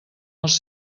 els